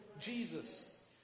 Jesus